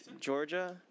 Georgia